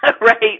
right